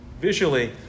visually